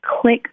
click